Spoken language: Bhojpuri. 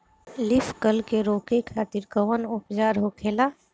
लीफ कल के रोके खातिर कउन उपचार होखेला?